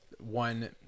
one